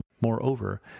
Moreover